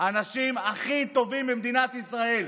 האנשים הכי טובים במדינת ישראל,